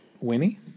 Winnie